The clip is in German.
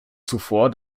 zuvor